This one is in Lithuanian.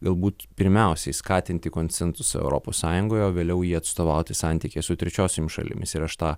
galbūt pirmiausiai skatinti konsensusą europos sąjungoje o vėliau jį atstovauti santykyje su trečiosiom šalimis ir aš tą